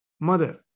mother